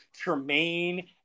Tremaine